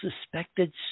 suspected